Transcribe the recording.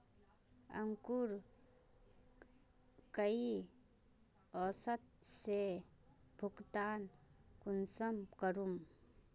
अंकूर कई औसत से भुगतान कुंसम करूम?